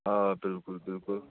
آ بِلکُل بِلکُل